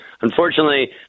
Unfortunately